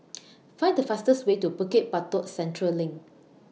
Find The fastest Way to Bukit Batok Central LINK